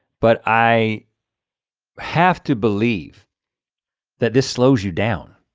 but i have to believe that this slows you down.